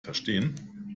verstehen